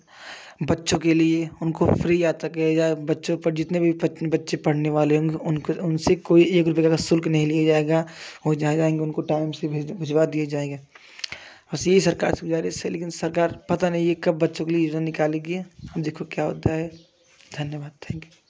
बच्चों के लिए उनको फ्री यात्रा किया जाए बच्चों पर जितने भी बच्चे पढ़ने वाले हैं उनसे कोई एक रुपये का शुल्क नहीं लिया जाएगा उनको टाइम से भिजवा दिया जाएगा उसी सरकार से गुज़ारिश है लेकिन सरकार पता नहीं कब बच्चों के लिए योजना निकालेगी और देखो क्या होता है धन्यवाद